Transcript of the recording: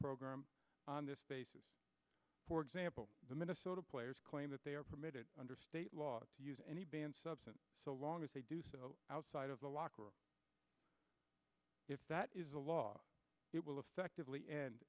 program on this basis for example the minnesota players claim that they are permitted under state law to use any banned substance so long as they do so outside of the locker room if that is a law it will effectively end